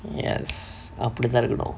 yes அப்டிதான் இருக்கனும்:apdithaan irukkanum